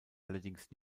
allerdings